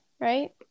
Right